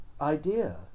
idea